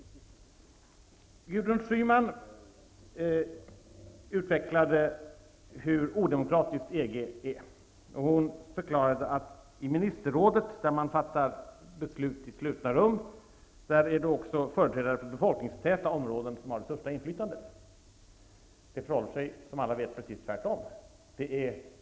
Gudrun Schyman utvecklade hur odemokratiskt EG är. Hon sade att företrädarna för befolkningstäta områden har det största inflytandet i ministerrådet, där man fattar beslut i slutna rum. Det förhåller sig, som alla vet, precis tvärtom.